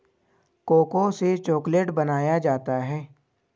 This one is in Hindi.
कोको से चॉकलेट बनाया जाता है